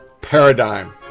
paradigm